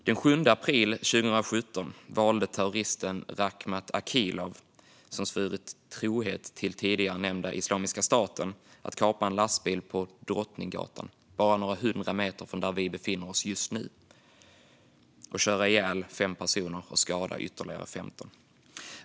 Den 7 april 2017 valde terroristen Rakhmat Akilov, som svurit trohet till tidigare nämnda Islamiska staten, att kapa en lastbil på Drottninggatan, bara några hundra meter från den plats där vi befinner oss just nu, och köra ihjäl 5 personer och skada ytterligare 15.